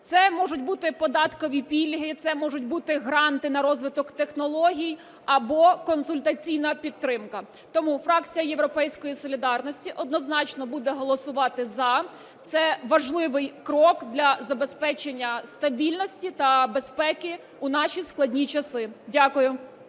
Це можуть бути податкові пільги. Це можуть бути гранти на розвиток технологій або консультаційна підтримка. Тому фракція "Європейська солідарність" однозначно буде голосувати за. Це важливий крок для забезпечення стабільності та безпеки у наші складні часи. Дякую.